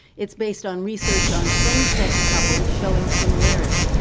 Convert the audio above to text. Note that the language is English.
it's based on research on same-sex couples showing similarity.